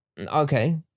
Okay